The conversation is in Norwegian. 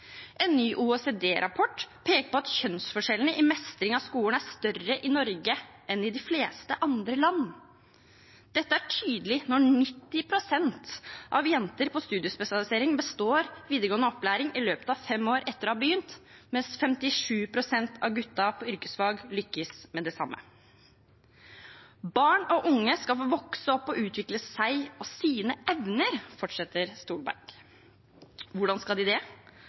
En ny OECD-rapport peker på at kjønnsforskjellene i mestring av skolen er større i Norge enn i de fleste andre land. Dette er tydelig når 90 pst. av jentene på studiespesialisering består videregående opplæring i løpet av fem år etter at de begynte, mens 57 pst. av guttene på yrkesfag lykkes med det samme. Barn og unge skal få vokse opp og utvikle seg og sine evner, fortsetter Solberg. Hvordan skal de det?